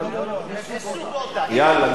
אבל יאללה,